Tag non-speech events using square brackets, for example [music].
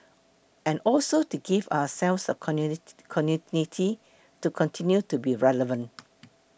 and also to give ourselves a [unintelligible] continuity to continue to be relevant